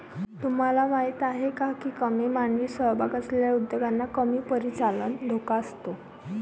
तुम्हाला माहीत आहे का की कमी मानवी सहभाग असलेल्या उद्योगांना कमी परिचालन धोका असतो?